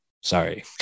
Sorry